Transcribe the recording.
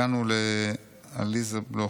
הגענו לעליזה בלוך.